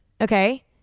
Okay